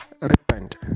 repent